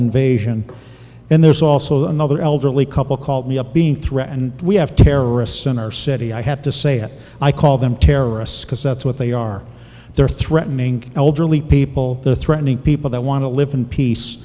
invasion and there's also another elderly couple called me up being threatened we have terrorists in our city i have to say that i call them terrorists because that's what they are they're threatening elderly people they're threatening people that want to live in peace